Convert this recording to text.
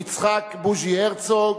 יצחק בוז'י הרצוג,